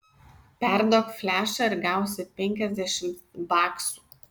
perduok flešą ir gausi penkiasdešimt baksų